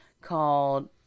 called